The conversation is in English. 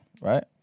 right